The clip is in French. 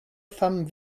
femme